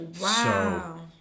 Wow